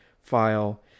file